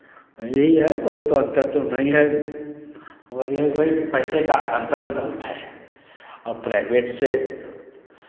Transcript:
हाँ यही है बहुत तो अंतर तो नहीं है मगर ये है कि भाई पैसे का अंतर तो बहुत है अब प्राइभेट से